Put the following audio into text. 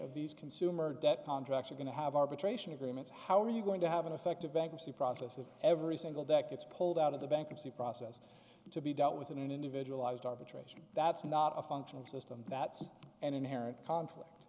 of these consumer debt contracts are going to have arbitration agreements how are you going to have an effective bankruptcy process of every single that gets pulled out of the bankruptcy process to be dealt with in an individualized arbitration that's not a functional system that's an inherent conflict